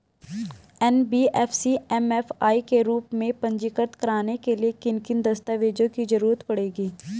NBFC MFI के रूप में पंजीकृत कराने के लिए किन किन दस्तावेजों की जरूरत पड़ेगी?